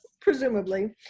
presumably